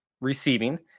receiving